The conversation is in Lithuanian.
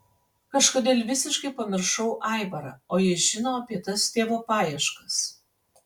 kažkodėl visiškai pamiršau aivarą o jis žino apie tas tėvo paieškas